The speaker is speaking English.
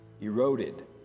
Eroded